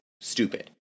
stupid